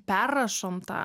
perrašom tą